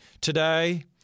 Today